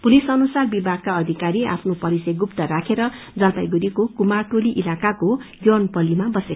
police अनुसार विभागका अधिकारीले आफ्नो परिचय गुप्त राखेर जलपाईगुड़ीको कुमारटोली इलाकाको यौनपत्लीमा बसे